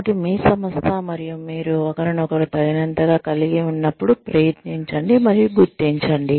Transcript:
కాబట్టి మీ సంస్థ మరియు మీరు ఒకరినొకరు తగినంతగా కలిగి ఉన్నప్పుడు ప్రయత్నించండి మరియు గుర్తించండి